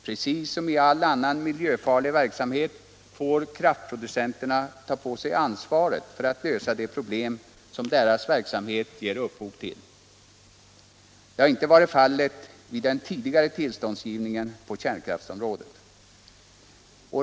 Precis som i all annan miljöfarlig verksamhet får kraftproducenterna ta på sig ansvaret för att lösa de problem som deras verksamhet ger upphov till. Det har inte varit fallet vid den tidigare tillståndsgivningen på kärnkraftsområdet.